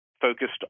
focused